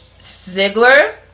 Ziggler